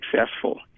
successful